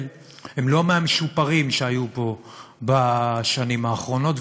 הם לא מהמשופרים שהיו פה בשנים האחרונות,